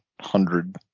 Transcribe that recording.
hundred